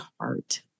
heart